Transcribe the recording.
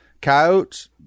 coyotes